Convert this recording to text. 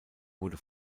wurde